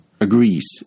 agrees